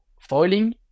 foiling